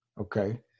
Okay